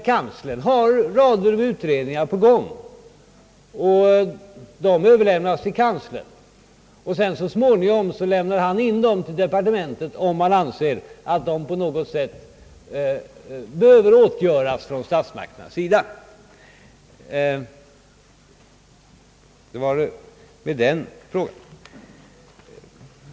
Kanslern har rader av utredningar på gång, och så småningom lämnar han in dem till departementet om han anser att de på något sätt bör föranleda åtgärder från statsmakternas sida. — Det var den frågan.